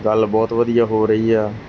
ਗੱਲ ਬਹੁਤ ਵਧੀਆ ਹੋ ਰਹੀ ਆ